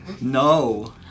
No